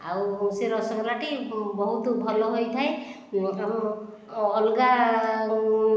ଆଉ ସେ ରସଗୋଲା ଟି ବହୁତ ଭଲ ହୋଇଥାଏ ଆଉ ଅଲଗା